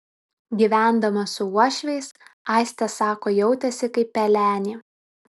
gyvendama su uošviais aistė sako jautėsi kaip pelenė